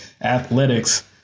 athletics